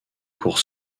court